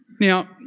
Now